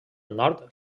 nord